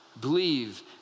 believe